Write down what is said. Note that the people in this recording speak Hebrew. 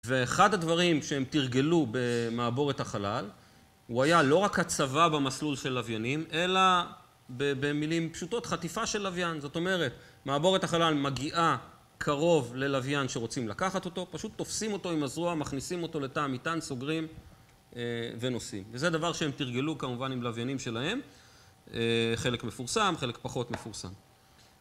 ואחד הדברים שהם תרגלו במעבורת החלל הוא היה לא רק הצבה במסלול של לוויינים, אלא במילים פשוטות חטיפה של לוויין. זאת אומרת, מעבורת החלל מגיעה קרוב ללוויין שרוצים לקחת אותו, פשוט תופסים אותו עם הזרוע, מכניסים אותו לתא המטען, סוגרים ונוסעים. וזה דבר שהם תרגלו כמובן עם לוויינים שלהם, חלק מפורסם, חלק פחות מפורסם.